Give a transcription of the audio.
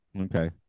Okay